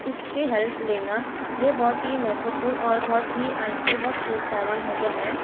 इसके हेल्प लेना ये बहुत ही महत्वपूर्ण और बहुत ही आजकल बहुत कॉमन हो गया है